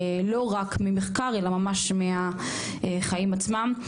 לא רק ממחקר אלא ממש מהחיים עצמם.